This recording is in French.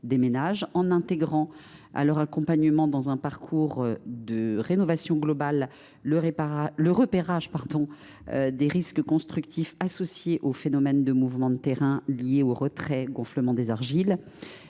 en intégrant à leur accompagnement dans un parcours de rénovation globale le repérage des risques constructifs associés au phénomène des mouvements de terrain liés au retrait gonflement des argiles.